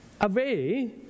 away